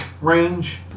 range